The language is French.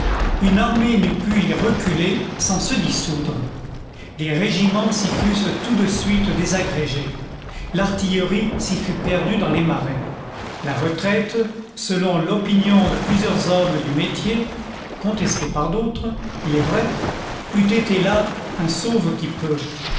une armée n'eût pu y reculer sans se dissoudre les régiments s'y fussent tout de suite désagrégés l'artillerie s'y fût perdue dans les marais la retraite selon l'opinion de plusieurs hommes du métier contestée par d'autres il est vrai eût été là un